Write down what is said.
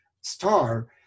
star